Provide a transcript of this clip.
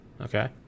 okay